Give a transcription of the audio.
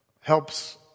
helps